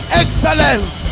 excellence